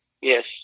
Yes